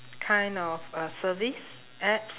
kind of uh service apps